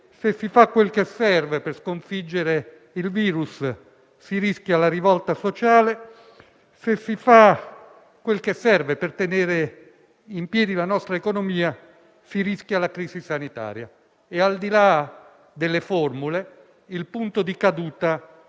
se si fa quel che serve per sconfiggere il virus si rischia la rivolta sociale, se si fa quel che serve per tenere in piedi la nostra economia si rischia la crisi sanitaria. Al di là delle formule, il punto di caduta